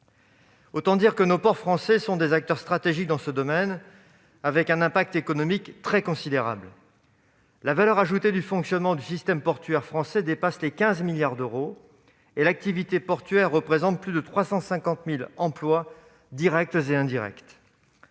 Autant dire que les ports français sont des acteurs stratégiques dans ce domaine, avec un impact économique considérable. La valeur ajoutée du fonctionnement du système portuaire français dépasse les 15 milliards d'euros et l'activité portuaire représente plus de 350 000 emplois directs et indirects.